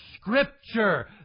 Scripture